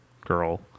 girl